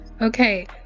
Okay